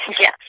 yes